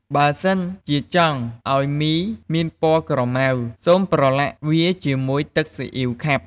បើសិនជាចង់ឱ្យមីមានពណ៌ក្រមៅ សូមប្រលាក់វាជាមួយទឹកស៊ីអ៉ីវខាប់។